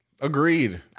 Agreed